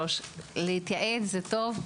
להתייעל זה טוב.